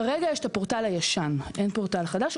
כרגע יש את הפורטל הישן, אין פורטל חדש.